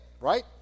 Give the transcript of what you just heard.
Right